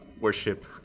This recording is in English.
Worship